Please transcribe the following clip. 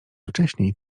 wcześniej